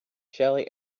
shelly